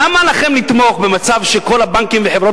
למה לכם לתמוך במצב שכל הבנקים וחברות